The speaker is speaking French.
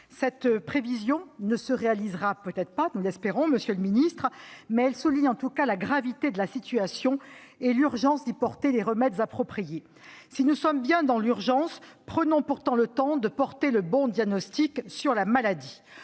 cette prévision ne se réalisera pas, monsieur le ministre, mais elle souligne en tout cas la gravité de la situation et l'urgence d'y apporter des remèdes appropriés. Si nous sommes bien dans l'urgence, prenons pourtant le temps de porter le bon diagnostic sur la maladie.